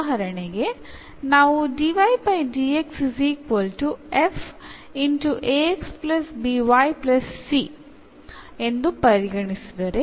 ಉದಾಹರಣೆಗೆ ನಾವು ಎಂದು ಪರಿಗಣಿಸಿದರೆ